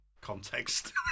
context